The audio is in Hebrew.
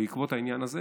בעקבות העניין הזה